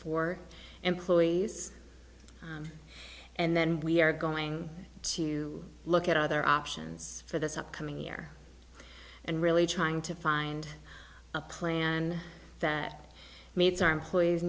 for employees and then we are going to look at other options for this upcoming year and really trying to find a plan that meets our employe